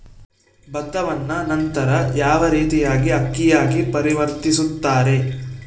ಭತ್ತವನ್ನ ನಂತರ ಯಾವ ರೇತಿಯಾಗಿ ಅಕ್ಕಿಯಾಗಿ ಪರಿವರ್ತಿಸುತ್ತಾರೆ?